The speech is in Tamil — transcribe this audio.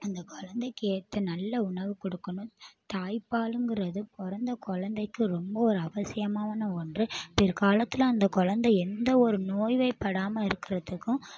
அந்த குழந்தைக்கு ஏற்ற நல்ல உணவு கொடுக்கணும் தாய்பாலுங்கிறது பிறந்த குழந்தைக்கு ரொம்ப ஒரு அவசியமான ஒன்று பிற்காலத்தில் அந்த குழந்த எந்த ஒரு நோய்வாய்படாமல் இருக்கிறதுக்கும்